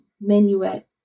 Menuet